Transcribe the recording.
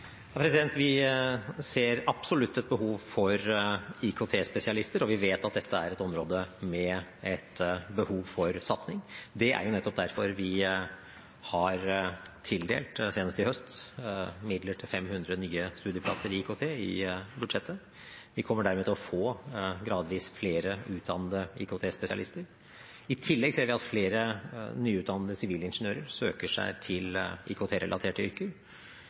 Vi ser absolutt et behov for IKT-spesialister, og vi vet at dette er et område med behov for satsing. Det er nettopp derfor vi, senest i høst i budsjettet, har tildelt midler til 500 nye studieplasser innen IKT. Vi kommer dermed til gradvis å få flere utdannede IKT-spesialister. I tillegg ser vi at flere nyutdannede sivilingeniører søker seg til IKT-relaterte yrker.